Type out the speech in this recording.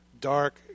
dark